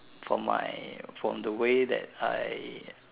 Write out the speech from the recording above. from my from the way that I